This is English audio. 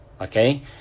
Okay